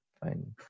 fine